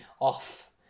off